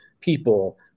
people